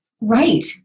Right